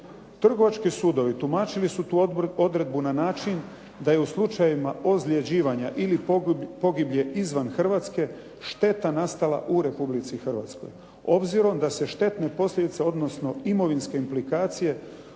Trgovački sudovi tumačili su tu odredbu na način da i u slučajevima ozljeđivanja ili pogibije izvan Hrvatske šteta nastala u Republici Hrvatskoj. Obzirom da se štetne posljedice, odnosno imovinske implikacije